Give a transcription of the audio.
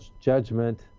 judgment